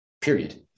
Period